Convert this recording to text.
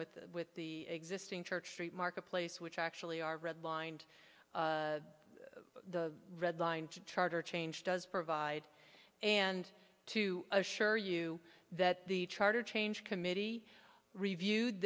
with with the existing church street marketplace which actually are redlined the red line charter change does provide and to assure you that the charter change committee reviewed